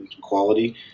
quality